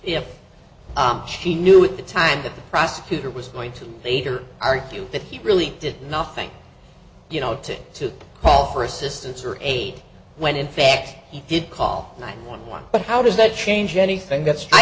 if she knew at the time that the prosecutor was going to later argue that he really did nothing you know to to call for assistance or eight when in fact he did call nine one one but how does that change anything that's i